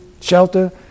shelter